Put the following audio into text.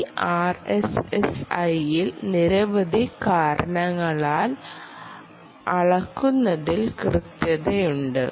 ഈ ആർഎസ്എസ്ഐയിൽ നിരവധി കാരണങ്ങളാൽ അളക്കുന്നതിൽ കൃത്യതയുണ്ട്